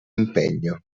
impegno